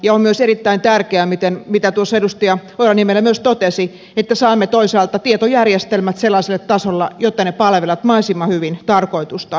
on myös erittäin tärkeä mitä tuossa edustaja ojala niemelä myös totesi että saamme toisaalta tietojärjestelmät sellaiselle tasolle jotta ne palvelevat mahdollisimman hyvin tarkoitustaan